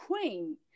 queen